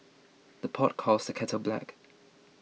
the pot calls the kettle black